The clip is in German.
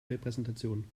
repräsentation